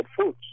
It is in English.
foods